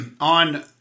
on